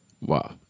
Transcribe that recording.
Wow